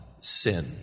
sin